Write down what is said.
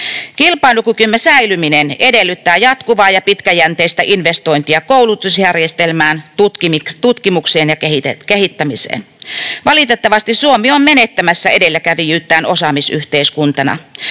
Kilpailukykymme säilyminen edellyttää jatkuvaa ja pitkäjänteistä investointia koulutusjärjestelmään, tutkimukseen ja kehittämiseen. Valitettavasti Suomi on menettämässä edelläkävijyyttään osaamisyhteiskuntana.